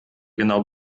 genau